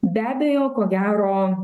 be abejo ko gero